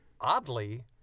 oddly